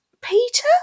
Peter